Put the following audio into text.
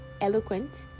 eloquent